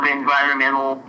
environmental